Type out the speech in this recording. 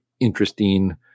interesting